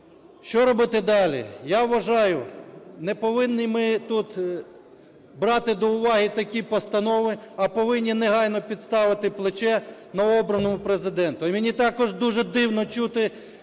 Що робити далі? Я вважаю, не повинні ми тут брати до уваги такі постанови, а повинні негайно підставити плече новообраному Президенту.